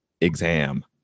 exam